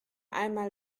einmal